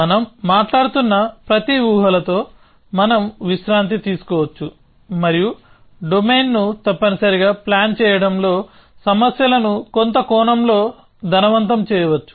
మనం మాట్లాడుతున్న ప్రతి ఊహలతో మనం విశ్రాంతి తీసుకోవచ్చు మరియు డొమైన్ను తప్పనిసరిగా ప్లాన్ చేయడంలో సమస్యలను కొంత కోణంలో ధనవంతం చేయవచ్చు